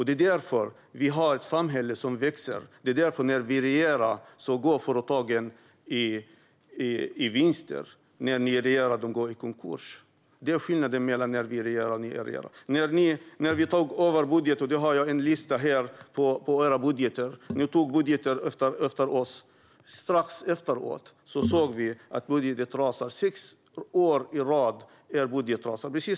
Det är därför vi har ett samhälle som växer. När vi regerar går företagen med vinst. När ni regerar går de i konkurs. Det är skillnad mellan när vi regerar och ni regerar. Jag har här en lista på era budgetar. Ni tog vid efter oss. Strax efteråt såg vi att er budget rasade sex år i rad.